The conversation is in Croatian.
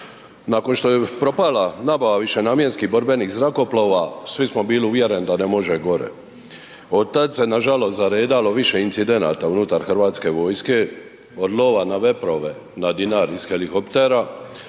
Nakon što je propala nabava višenamjenskih borbenih zrakoplova, svi smo bili uvjereni da ne može gore. Od tada se nažalost zaredalo više incidenata unutar Hrvatske vojske od lova na veprove na Dinari ih helikoptera,